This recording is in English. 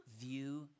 view